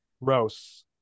Rose